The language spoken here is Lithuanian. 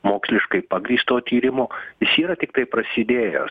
moksliškai pagrįsto tyrimo jis yra tiktai prasidėjęs